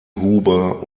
huber